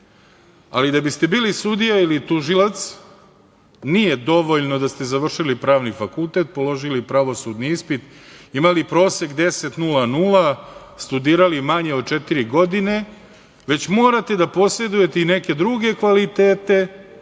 ali da biste bili sudija ili tužilac nije dovoljno da ste završili pravni fakultet, položili pravosudni ispit, imali prosek 10,00, studirali manje od četiri godine, već morate da posedujete i neke druge kvalitete